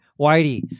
whitey